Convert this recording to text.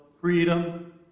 freedom